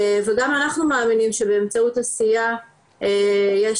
וגם אנחנו מאמינים שבאמצעות עשייה יש